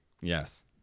Yes